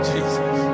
Jesus